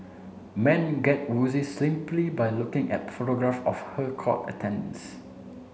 men get woozy simply by looking at photograph of her court attendance